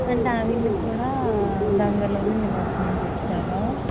అంటే ఆవిడని కూడా గంగలోనే నిమజ్జనం చేస్తారా